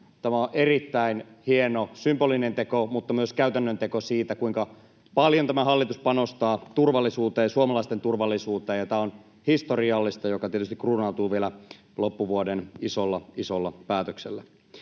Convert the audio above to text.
Tämä on erittäin hieno symbolinen teko, mutta myös käytännön teko, kuinka paljon tämä hallitus panostaa suomalaisten turvallisuuteen. Tämä on historiallista, ja tämä tietysti kruunautuu vielä loppuvuoden isolla isolla päätöksellä.